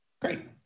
great